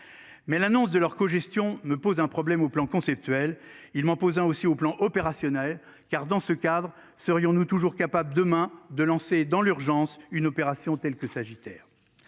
Mais l'annonce de leur co-gestion me pose un problème au plan conceptuel il m'en posant aussi au plan opérationnel, car dans ce cadre. Serions-nous toujours capables demain de lancer dans l'urgence une opération telle que sagittaire.